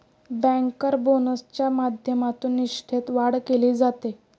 banker बोनसच्या माध्यमातून निष्ठेत वाढ केली जाते